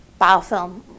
biofilm